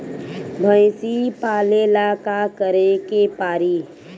भइसी पालेला का करे के पारी?